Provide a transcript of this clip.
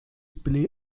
play